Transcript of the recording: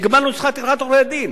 הגבלנו שכר טרחת עורכי-דין.